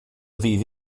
ddydd